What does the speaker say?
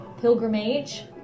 Pilgrimage